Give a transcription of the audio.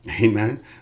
amen